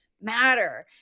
matter